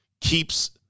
keeps